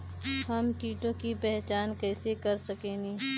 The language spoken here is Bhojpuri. हम कीटों की पहचान कईसे कर सकेनी?